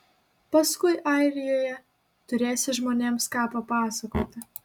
paskui airijoje turėsi žmonėms ką papasakoti